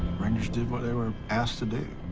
rangers did what they were asked to do.